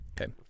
Okay